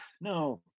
No